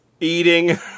eating